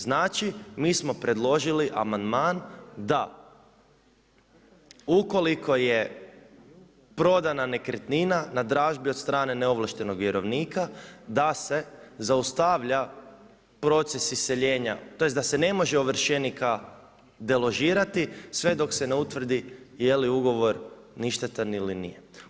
Znači mi smo predložili amandman da ukoliko je prodana nekretnina na dražbi neovlaštenog vjerovnika da se zaustavlja proces iseljenja, tj. da se ne može ovršenika deložirati sve dok se ne utvrdi jeli ugovor ništetan ili nije.